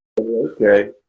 Okay